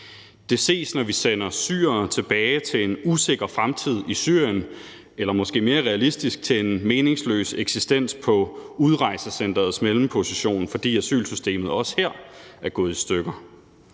Det ses, når vi sender syrere tilbage til en usikker fremtid i Syrien eller måske mere realistisk til en meningsløs eksistens på udrejsecenterets mellemposition, fordi asylsystemet også her er gået i stykker.